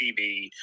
tv